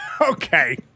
Okay